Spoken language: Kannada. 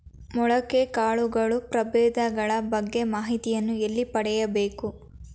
ಮೊಳಕೆ ಕಾಳುಗಳ ಪ್ರಭೇದಗಳ ಬಗ್ಗೆ ಮಾಹಿತಿಯನ್ನು ಎಲ್ಲಿ ಪಡೆಯಬೇಕು?